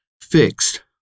fixed